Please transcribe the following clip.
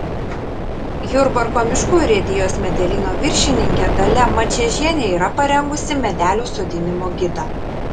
jurbarko miškų urėdijos medelyno viršininkė dalia mačiežienė yra parengusi medelių sodinimo gidą